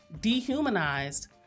dehumanized